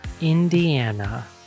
Indiana